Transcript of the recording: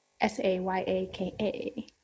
S-A-Y-A-K-A